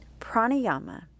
pranayama